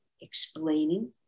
explaining